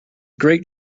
great